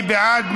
מי בעד?